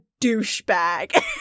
douchebag